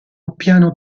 piano